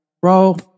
bro